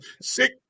sick